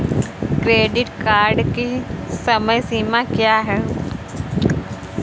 Credit card की समय सीमा क्या है?